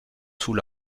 sous